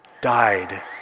died